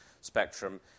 spectrum